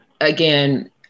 again